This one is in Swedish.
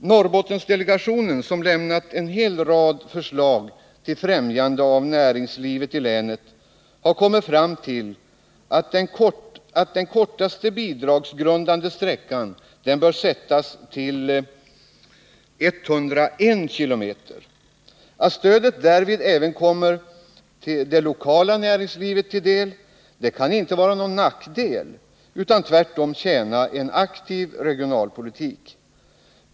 Norrbottendelegationen, som lämnat en hel rad förslag till främjande av näringslivet i länet, har kommit fram till att den kortaste bidragsgrundande sträckan bör sättas till 101 km. Att stödet därvid även kommer det lokala näringslivet till del kan inte vara någon nackdel, utan tvärtom tjäna en aktiv regionalpolitik.